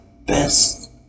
best